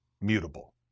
mutable